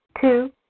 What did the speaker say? two